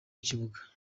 kibuga